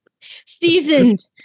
seasoned